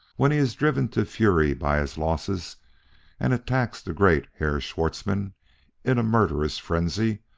when he is driven to fury by his losses and attacks the great herr schwartzmann in a murderous frenzy,